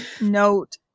note